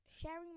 sharing